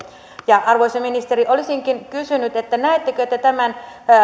ja arvoisa ministeri olisinkin kysynyt näettekö te että tämän